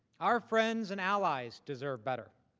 our friends and allies deserve better